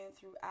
throughout